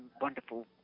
wonderful